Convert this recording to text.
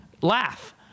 laugh